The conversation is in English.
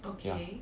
okay